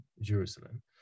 Jerusalem